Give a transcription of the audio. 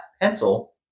pencil